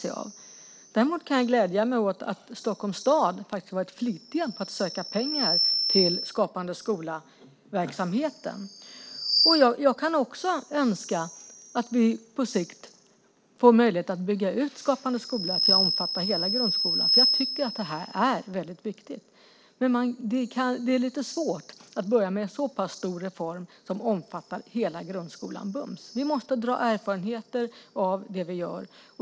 Jag kan glädja mig åt att man i Stockholms stad faktiskt har varit flitig med att söka pengar till verksamheten med Skapande skola. Jag kan också önska att vi på sikt får möjlighet att bygga ut Skapande skola till att omfatta hela grundskolan. Jag tycker att det här är väldigt viktigt. Men det är lite svårt att börja med en så stor reform som omfattar hela grundskolan bums. Vi måste dra erfarenheter av det vi gör.